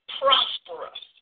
prosperous